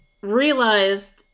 realized